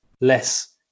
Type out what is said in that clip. less